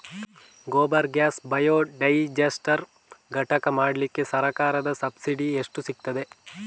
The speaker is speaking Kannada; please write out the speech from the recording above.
ಗೋಬರ್ ಗ್ಯಾಸ್ ಬಯೋಡೈಜಸ್ಟರ್ ಘಟಕ ಮಾಡ್ಲಿಕ್ಕೆ ಸರ್ಕಾರದ ಸಬ್ಸಿಡಿ ಎಷ್ಟು ಸಿಕ್ತಾದೆ?